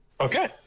Okay